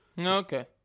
Okay